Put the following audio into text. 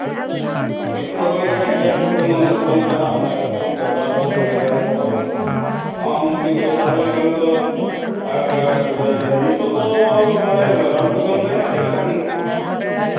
ᱦᱳᱭᱛᱳ ᱦᱩᱭ ᱫᱟᱲᱮᱜ ᱜᱮᱭᱟ ᱥᱤᱛᱩᱝ ᱦᱚᱸ ᱥᱤᱛᱩᱝ ᱠᱟᱱᱟ ᱚᱱᱮᱠ ᱨᱚᱠᱚᱢ ᱵᱮᱯᱟᱨ ᱠᱚ ᱦᱩᱭ ᱫᱟᱲᱮᱭᱟᱜᱼᱟ ᱟᱫᱚ ᱢᱟᱡᱟ ᱢᱩᱥᱠᱤᱞ ᱫᱚ ᱛᱟᱦᱚᱞᱮ ᱯᱚᱨᱮ ᱫᱚ ᱱᱤᱛᱚᱜ ᱫᱚ ᱢᱟᱱᱮ ᱨᱟᱱ ᱠᱚ ᱡᱚᱢ ᱛᱟᱭᱱᱚᱢ ᱪᱮᱫ ᱞᱮᱠᱟᱢ